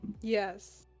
yes